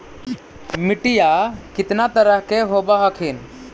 मिट्टीया कितना तरह के होब हखिन?